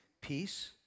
Peace